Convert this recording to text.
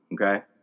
Okay